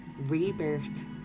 rebirth